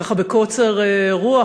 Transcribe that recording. ככה בקוצר רוח,